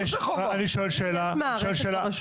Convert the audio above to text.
אם יש לעירייה,